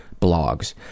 blogs